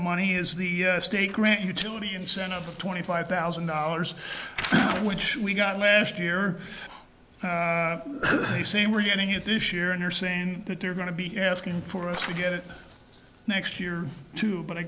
money is the state grant utility incentive of twenty five thousand dollars which we got last year they say we're getting it this year and they're saying that they're going to be asking for us to get it next year too but i